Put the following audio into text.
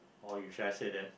or you should have said that